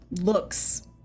looks